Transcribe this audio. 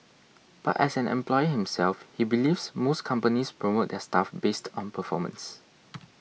but as an employer himself he believes most companies promote their staff based on performance